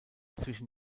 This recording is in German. zwischen